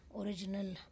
original